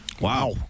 Wow